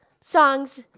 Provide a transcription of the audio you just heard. songs